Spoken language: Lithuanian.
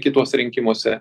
kituose rinkimuose